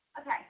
Okay